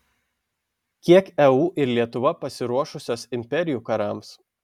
kiek eu ir lietuva pasiruošusios imperijų karams